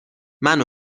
منو